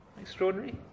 Extraordinary